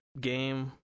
game